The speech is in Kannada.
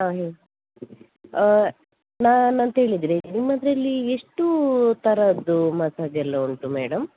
ಹಾಂ ಹೇಳಿ ನಾನಂತ ಹೇಳಿದರೆ ನಿಮ್ಮದರಲ್ಲಿ ಎಷ್ಟು ಥರದ್ದು ಮಸಾಜ್ ಎಲ್ಲ ಉಂಟು ಮೇಡಮ್